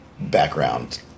background